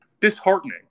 Disheartening